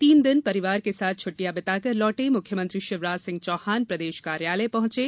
तीन दिन परिवार के साथ छ टिटयां बिताकर लौटे मुख्यमंत्री शिवराजसिंह चौहान प्रदेश कार्यालय पहुंचे